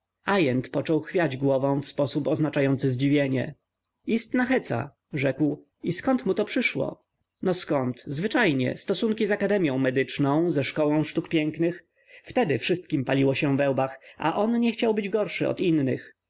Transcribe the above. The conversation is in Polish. począł chwiać głową w sposób oznaczający zdziwienie istna heca rzekł i zkąd mu to przyszło no zkąd zwyczajnie stosunki z akademią medyczną ze szkołą sztuk pięknych wtedy wszystkim paliło się we łbach a on nie chciał być gorszy od innych